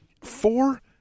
four